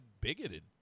bigoted